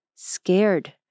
scared